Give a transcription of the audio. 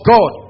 God